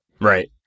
Right